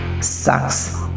Sucks